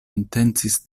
intencis